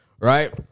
Right